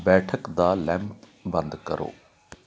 ਬੈਠਕ ਦਾ ਲੈਂਪ ਬੰਦ ਕਰੋ